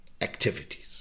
activities